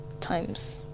times